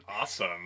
awesome